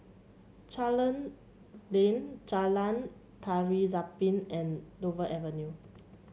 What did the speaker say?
Charlton Lane Jalan Tari Zapin and Dover Avenue